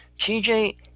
TJ